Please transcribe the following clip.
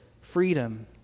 freedom